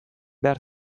behar